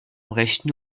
rechten